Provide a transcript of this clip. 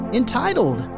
entitled